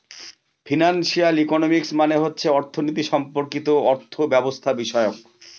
financial economics মানে হচ্ছে অর্থনীতি সম্পর্কিত অর্থব্যবস্থাবিষয়ক